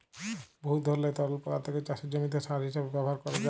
বহুত ধরলের তরল পদাথ্থকে চাষের জমিতে সার হিঁসাবে ব্যাভার ক্যরা যায়